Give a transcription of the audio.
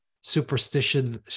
superstition